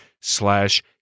slash